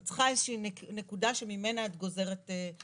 את צריכה איזה שהיא נקודה שממנה את גוזרת משמעויות.